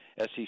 SEC